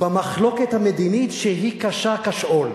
במחלוקת המדינה, שהיא קשה כשאול